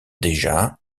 déjà